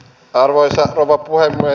arvoisa rouva puhemies